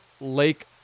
Lake